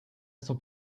sans